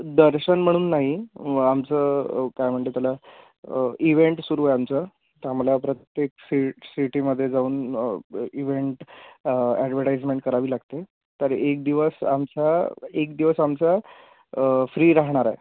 दर्शन म्हणून नाही आमचं काय म्हणतात त्याला इव्हेंट सुरू आहे आमचं तर आम्हाला प्रत्येक सिट सिटीमध्ये जाऊन इव्हेंट ॲडव्हर्टाइजमेंट करावी लागते तर एक दिवस आमचा एक दिवस आमचा फ्री राहणार आहे